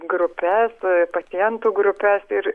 grupes pacientų grupes ir